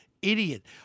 Idiot